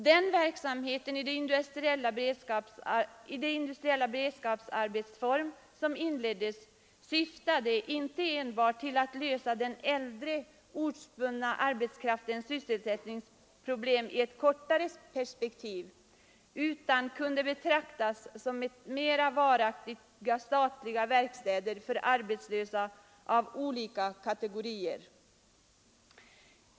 Den verksamhet i det industriella beredskapsarbetets form som inleddes syftade inte enbart till att lösa den äldre ortsbundna arbetskraftens sysselsättningsproblem i ett kortare perspektiv utan kunde betraktas som mera varaktiga statliga verkstäder för arbetslösa av olika kategorier.